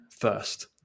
first